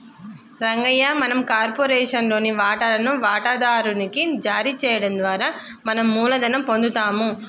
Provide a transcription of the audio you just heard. రంగయ్య మనం కార్పొరేషన్ లోని వాటాలను వాటాదారు నికి జారీ చేయడం ద్వారా మనం మూలధనం పొందుతాము